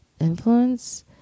influence